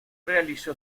realizó